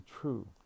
true